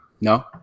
no